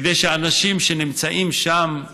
כדי שאנשים שנמצאים שם,